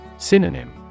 Synonym